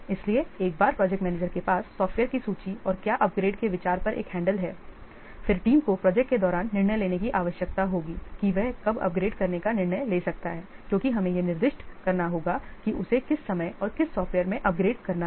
इसलिए एक बार प्रोजेक्ट मैनेजर के पास सॉफ्टवेयर की सूची और क्या अपग्रेड के विचार पर एक हैंडल है फिर टीम को प्रोजेक्ट के दौरान निर्णय लेने की आवश्यकता होगी कि वह कब अपग्रेड करने का निर्णय ले सकता है क्योंकि हमें यह निर्दिष्ट करना होगा कि उसे किस समय और किस सॉफ्टवेयर में अपग्रेड करना है